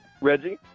Reggie